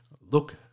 look